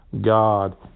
God